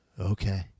Okay